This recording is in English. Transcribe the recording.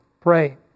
Pray